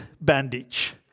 bandage